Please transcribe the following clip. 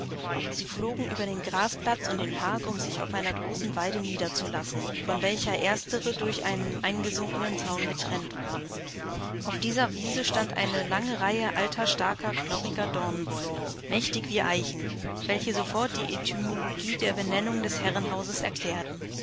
sie flogen über den grasplatz und den park um sich auf einer großen weide niederzulassen von welcher erstere durch einen eingesunkenen zaun getrennt waren auf dieser wiese stand eine lange reihe alter starker knorriger dornenbäume mächtig wie eichen welche sofort die etymologie der benennung des herrenhauses erklärten